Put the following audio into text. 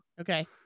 okay